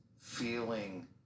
feeling